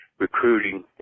Recruiting